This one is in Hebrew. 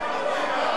לא